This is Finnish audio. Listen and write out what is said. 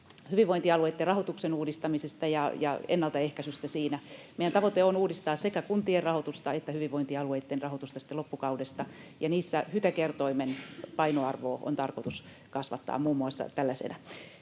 hyvinvointialueitten rahoituksen uudistamisesta ja ennaltaehkäisystä siinä. Meidän tavoite on uudistaa sekä kuntien rahoitusta että hyvinvointialueitten rahoitusta sitten loppukaudesta, ja niissä HYTE-kertoimen painoarvoa on tarkoitus kasvattaa muun muassa tällaisena.